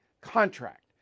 contract